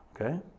Okay